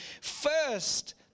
first